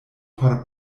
por